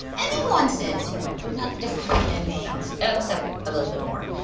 anyone says, right? we're not different from anyone else, except a little bit more.